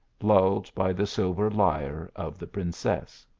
lulled by the silver lyre of the princess.